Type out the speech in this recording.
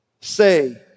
say